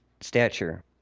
stature